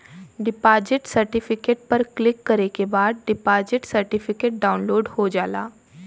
deposit certificate पर click करे के बाद डिपॉजिट सर्टिफिकेट डाउनलोड हो जाला